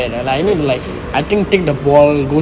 like shit right